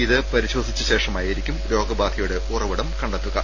ഇത് പരിശോധിച്ച ശേ ഷമായിരിക്കും രോഗബാധയുടെ ഉറവിടം കണ്ടെത്തുക